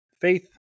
faith